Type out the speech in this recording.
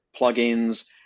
plugins